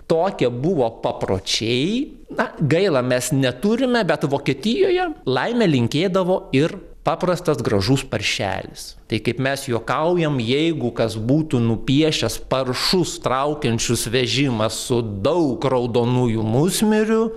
tokie buvo papročiai na gaila mes neturime bet vokietijoje laimę linkėdavo ir paprastas gražus paršelis tai kaip mes juokaujam jeigu kas būtų nupiešęs paršus traukiančius vežimą su daug raudonųjų musmirių